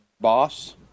boss